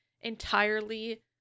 entirely